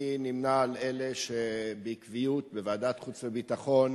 אני נמנה עם אלה שבעקביות, בוועדת חוץ וביטחון,